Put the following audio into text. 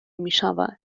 میشود